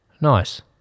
Nice